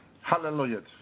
Hallelujah